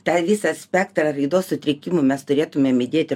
tą visą spektrą raidos sutrikimų mes turėtumėm įdėti